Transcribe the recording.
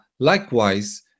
Likewise